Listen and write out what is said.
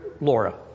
Laura